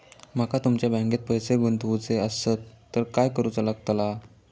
माका तुमच्या बँकेत पैसे गुंतवूचे आसत तर काय कारुचा लगतला?